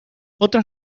otras